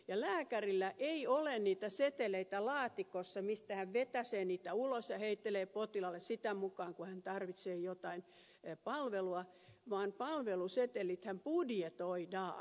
lääkärillä ei ole niitä seteleitä laatikossa josta hän vetäisee niitä ulos ja heittelee potilaalle sitä mukaa kuin hän tarvitsee jotain palvelua vaan palvelusetelithän budjetoidaan